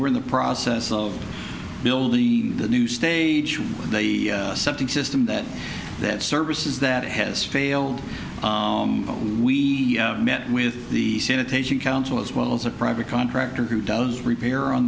we're in the process of building the new stage and the septic system that that service is that has failed and we met with the sanitation council as well as a private contractor who does repair on